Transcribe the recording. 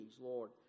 Lord